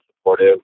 supportive